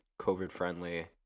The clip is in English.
COVID-friendly